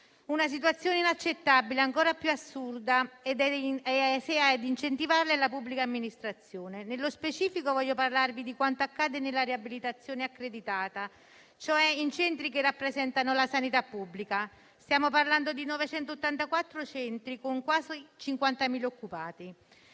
una situazione inaccettabile, ancora più assurda se a incentivarla è la pubblica amministrazione. Nello specifico voglio parlarvi di quanto accade nella riabilitazione accreditata, cioè in centri che rappresentano la sanità pubblica. Stiamo parlando di 984 centri con quasi 50.000 occupati.